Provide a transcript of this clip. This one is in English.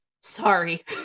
sorry